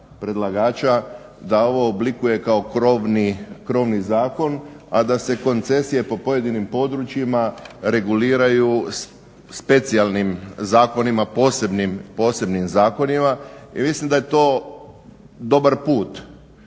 predlagača da ovo oblikuje kao krovni zakona, a da se koncesije po pojedinim područjima reguliraju specijalnim zakonima, posebnim zakonima. I mislim da je to dobar put,